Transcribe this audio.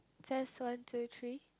test one two three